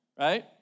right